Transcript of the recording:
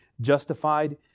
justified